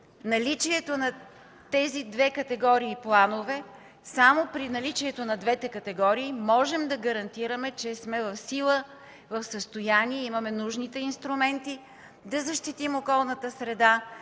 управление на природни паркове. Само при наличието на двете категории планове можем да гарантираме, че сме в сила, в състояние, имаме нужните инструменти да защитим околната среда,